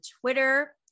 Twitter